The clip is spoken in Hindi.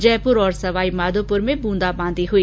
जयपुर और सवाईमाधोपुर में ब्रंदाबांदी हुई